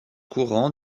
courant